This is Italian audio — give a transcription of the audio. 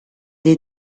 dei